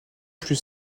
plus